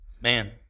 man